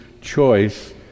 choice